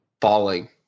falling